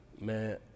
Man